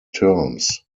terms